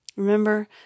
Remember